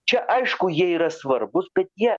čia aišku jie yra svarbūs bet jie